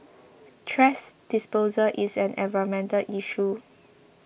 thrash disposal is an environmental issue